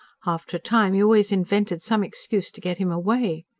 after a time you always invented some excuse to get him away.